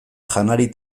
janari